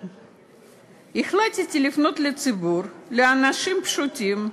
החלטתי לפנות לציבור, לאנשים פשוטים,